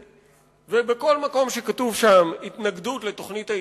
ובכל מקום שכתוב "התנגדות לתוכנית ההתנתקות",